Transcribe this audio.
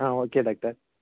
ah okay doctor